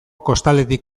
kostaldetik